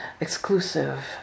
exclusive